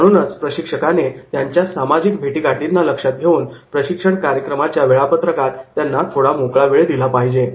म्हणूनच प्रशिक्षकाने त्यांच्या सामाजिक भेटीगाठीना लक्षात घेऊन प्रशिक्षण कार्यक्रमाच्या वेळापत्रकात त्यांना थोडा मोकळा वेळ दिला पाहिजे